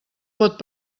pot